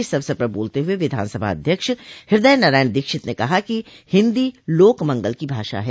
इस अवसर पर बोलते हुए विधानसभा अध्यक्ष हृदय नारायण दीक्षित ने कहा कि हिन्दी लोक मंगल की भाषा है